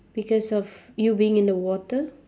because of you being in the water